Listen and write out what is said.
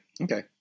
Okay